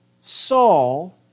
Saul